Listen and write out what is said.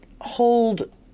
hold